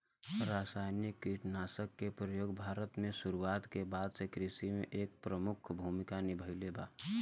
रासायनिक कीटनाशक के प्रयोग भारत में शुरुआत के बाद से कृषि में एक प्रमुख भूमिका निभाइले बा